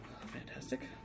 Fantastic